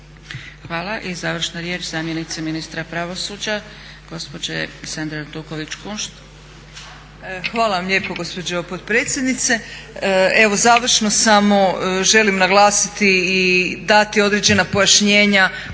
Hvala. I završna riječ zamjenice ministra pravosuđa gospođe Sandre Artuković Kunšt. **Artuković Kunšt, Sandra** Hvala vam lijepo gospođo potpredsjednice. Evo završno samo želim naglasiti i dati određena pojašnjenja